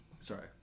sorry